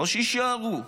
לא שיישארו.